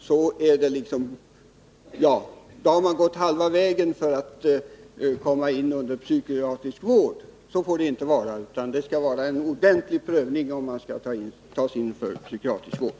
Vård enligt LVM får inte så att säga vara halva vägen mot psykiatrisk vård, utan det skall vara fråga om en ordentlig prövning i de fall då man skall tas in för psykiatrisk vård.